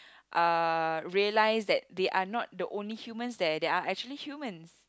uh realise that they are not the only humans there there are actually humans